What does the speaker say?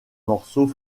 morceaux